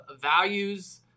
values